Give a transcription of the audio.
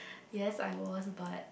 yes I was but